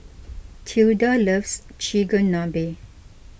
Tilda loves Chigenabe